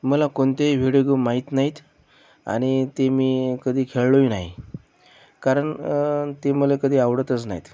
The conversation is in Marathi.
मला कोणतेही व्हिडिओ गेम माहीत नाहीत आणि ते मी कधी खेळलोही नाही कारण ते मला कधी आवडतच नाहीत